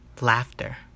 laughter